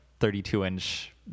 32-inch